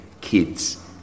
kids